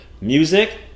Music